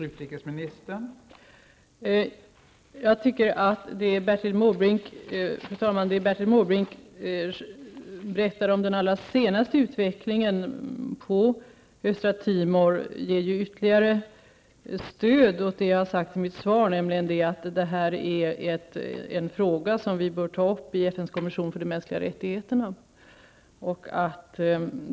Fru talman! Jag tycker att det Bertil Måbrink berättar om den allra senaste utvecklingen på Östra Timor ger ytterligare stöd för det jag har sagt i mitt svar, nämligen att det här är en fråga som vi bör ta upp i FNs kommission för de mänskliga rättigheterna.